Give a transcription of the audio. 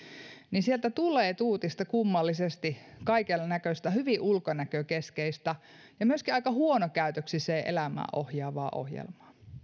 niin sieltä tuutista tulee kummallisesti kaikennäköistä hyvin ulkonäkökeskeistä ja myöskin aika huonokäytöksiseen elämään ohjaavaa ohjelmaa